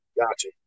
Gotcha